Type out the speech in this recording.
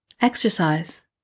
Exercise